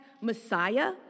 Messiah